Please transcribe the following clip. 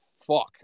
fuck